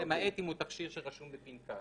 הוא תכשיר בפנקס.